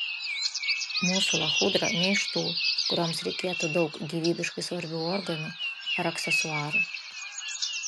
mūsų lachudra ne iš tų kurioms reikėtų daug gyvybiškai svarbių organų ar aksesuarų